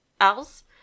else